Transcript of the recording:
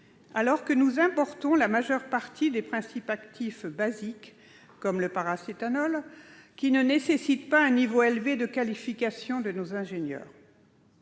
alors que nous importons la majeure partie des principes actifs basiques, comme le paracétamol, dont la production ne nécessite pas un niveau élevé de qualification des ingénieurs.